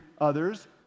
others